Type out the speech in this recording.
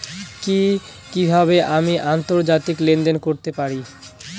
কি কিভাবে আমি আন্তর্জাতিক লেনদেন করতে পারি?